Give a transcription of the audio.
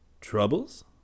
Troubles